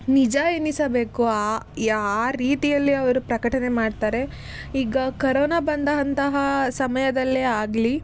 ನಿಜ ಎನಿಸಬೇಕು ಆ ಯಾ ಆ ರೀತಿಯಲ್ಲಿ ಅವರು ಪ್ರಕಟಣೆ ಮಾಡ್ತಾರೆ ಈಗ ಕರೋನಾ ಬಂದ ಅಂತಹ ಸಮಯದಲ್ಲೇ ಆಗಲಿ